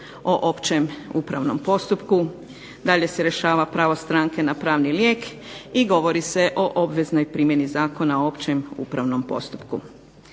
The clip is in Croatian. o općem upravnom postupku, dalje se rješava pravo stranke na pravni lijek i govori se o obveznoj primjeni Zakona o općem upravnom postupku.